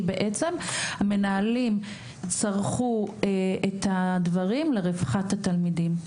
כי בעצם המנהלים צרכו את הדברים לרווחת התלמידים.